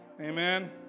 Amen